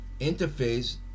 interface